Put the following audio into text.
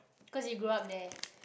cause you grew up there